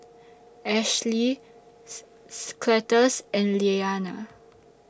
Ashely Cletus and Leana